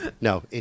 No